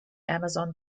amazon